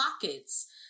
pockets